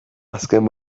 azken